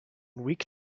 week